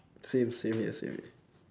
same same here same here